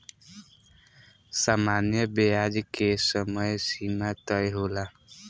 सामान्य ब्याज के समय सीमा तय होला